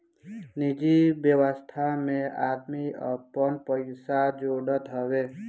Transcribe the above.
निजि व्यवस्था में आदमी आपन पइसा जोड़त हवे